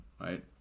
Right